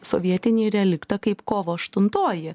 sovietinį reliktą kaip kovo aštutoji